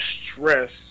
stress